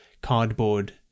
cardboard